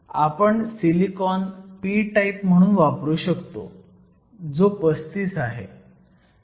आपण silicon p type म्हणून वापरू शकतो जो 35 आहे